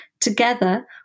Together